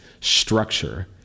structure